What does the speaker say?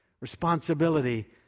responsibility